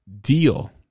deal